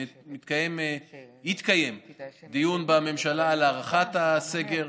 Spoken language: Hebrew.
יתקיים דיון בממשלה על הארכת הסגר.